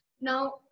Now